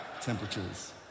temperatures